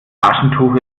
taschentuch